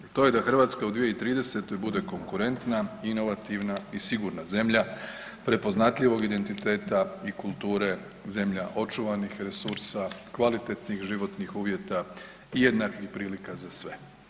To je da Hrvatska u 2030. bude konkurentna, inovativna i sigurna zemlja prepoznatljivog identiteta i kulture, zemlja očuvanih resursa, kvalitetnih životnih uvjeta i jednakih prilika za sve.